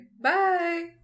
Bye